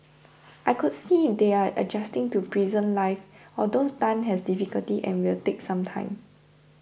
I could see they are adjusting to prison life although Tan has difficulty and will take some time